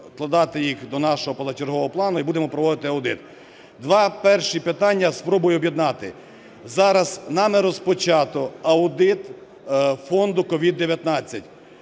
вкладати їх до нашого позачергового плану і будемо проводити аудит. Два перші питання спробую об'єднати. Зараз нами розпочато аудит фонду СOVID-19.